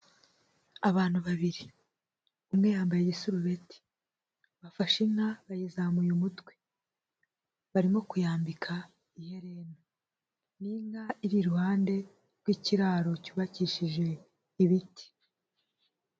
Abantu babiri. Umwe yambaye igisurubeti. Bafashe inka bayizamuye umutwe. Barimo kuyambika ihererena. Ni inka iri iruhande rw'ikiraro, cyubakishije ibiti.